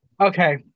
Okay